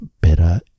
better